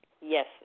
Yes